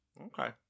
Okay